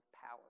power